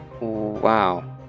wow